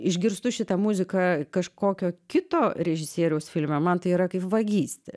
išgirstu šitą muziką kažkokio kito režisieriaus filme man tai yra kaip vagystė